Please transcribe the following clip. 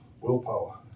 Willpower